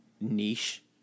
niche